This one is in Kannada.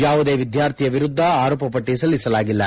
ಯಾವುದೇ ವಿದ್ಯಾರ್ಥಿಯ ವಿರುದ್ದ ಆರೋಪಪ್ಟಿ ಸಲ್ಲಿಸಲಾಗಿಲ್ಲ